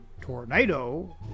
tornado